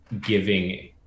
giving